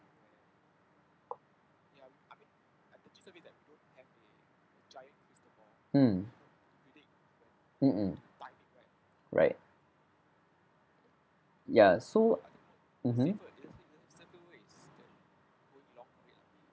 mm mm mm right ya so mmhmm